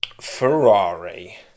Ferrari